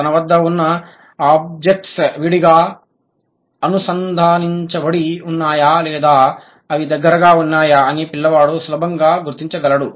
తన వద్ద ఉన్న ఆబ్జెక్ట్స్ విడిగా అనుసంధానించబడి ఉన్నాయా లేదా అవి దగ్గరగా ఉన్నాయా అని పిల్లవాడు సులభంగా గుర్తించగలడు